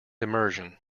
immersion